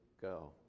go